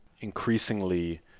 increasingly